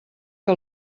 que